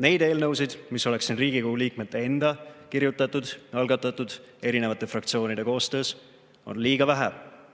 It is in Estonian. Neid eelnõusid, mis oleks siin Riigikogu liikmete enda kirjutatud ja algatatud eri fraktsioonide koostöös, on liiga vähe.